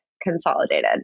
consolidated